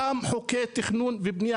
אותם חוקי תכנון ובניה,